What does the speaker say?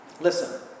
Listen